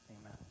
Amen